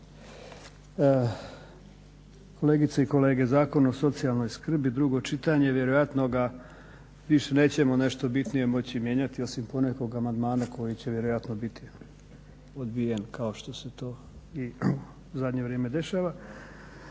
kolegice i kolege. Zakon o socijalnoj skrbi, drugo čitanje, vjerojatno ga više nećemo nešto bitnije moći mijenjati osim ponekog amandmana koji će vjerojatno biti odbijen kao što se to i u zadnje vrijeme dešava,